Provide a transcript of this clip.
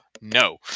no